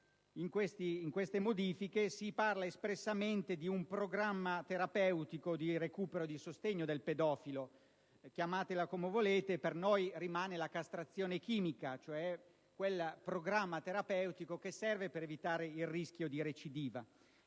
in esse si parla espressamente di un programma terapeutico di recupero e sostegno del pedofilo; chiamatela come volete, per noi rimane la castrazione chimica, cioè quel programma terapeutico che serve ad evitare il rischio di recidiva.